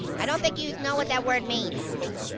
i don't think you know what that word means. oh,